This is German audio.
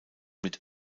mit